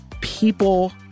people